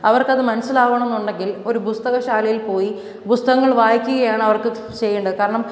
അവർക്ക് അത് മനസ്സിലാകണം എന്നുണ്ടെങ്കിൽ ഒരു പുസ്തക ശാലയിൽ പോയി പുസ്തകങ്ങൾ വായിക്കുകയാണ് അവർക്ക് ചെയ്യേണ്ടത് കാരണം